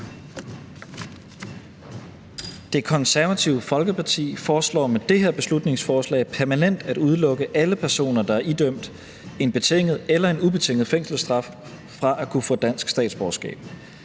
Det Konservative Folkeparti foreslår med det her beslutningsforslag permanent at udelukke alle personer, der er idømt en betinget eller ubetinget fængselsstraf, fra at kunne få dansk statsborgerskab.